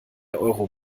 euro